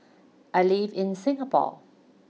I live in Singapore